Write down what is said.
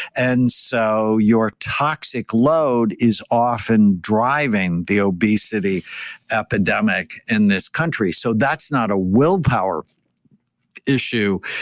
and so your toxic load is often driving the obesity epidemic in this country. so that's not a willpower issue.